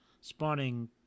spawning